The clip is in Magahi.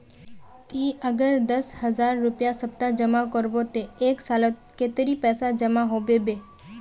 ती अगर दस रुपया सप्ताह जमा करबो ते एक सालोत कतेरी पैसा जमा होबे बे?